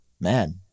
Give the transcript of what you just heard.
man